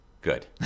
good